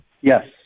Yes